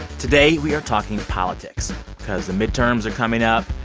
today, we are talking politics because the midterms are coming up,